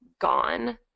gone